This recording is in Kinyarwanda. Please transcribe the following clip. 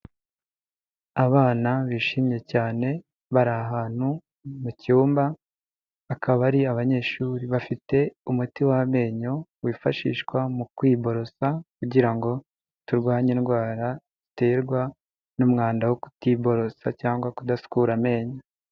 Abana bishimye cyane bari ahantu mu cyumba bakaba ari abanyeshuri bafite umuti w'amenyo wifashishwa mu kwiborosa kugira ngo turwanye indwara ziterwa n'umwanda wo kutiborota cyangwa kudasukura amenyo.